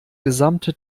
gesamte